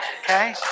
Okay